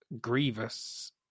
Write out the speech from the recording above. grievous